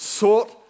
sought